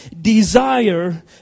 desire